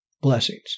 Blessings